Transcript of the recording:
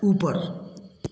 ऊपर